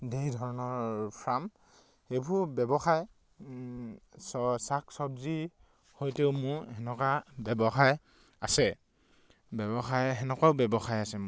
ঢেৰ ধৰণৰ ফাৰ্ম এইবোৰ ব্যৱসায় শাক চব্জি সৈতেও মোৰ সেনেকুৱা ব্যৱসায় আছে ব্যৱসায় সেনেকুৱাও ব্যৱসায় আছে মোৰ